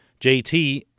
JT